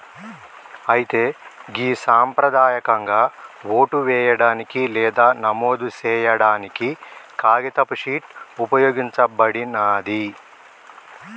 అయితే గి సంప్రదాయకంగా ఓటు వేయడానికి లేదా నమోదు సేయాడానికి కాగితపు షీట్ ఉపయోగించబడినాది